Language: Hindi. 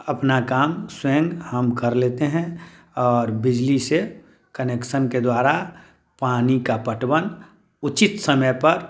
अपना काम स्वयं हम कर लेते हैं और बिजली से कनेक्सन के द्वारा पानी का पटवन उचित समय पर